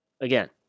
Again